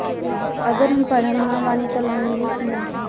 अगर हम पढ़ल ना बानी त लोन मिली कि ना?